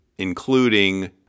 including